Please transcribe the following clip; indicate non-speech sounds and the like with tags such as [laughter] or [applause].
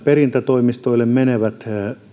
[unintelligible] perintätoimistoille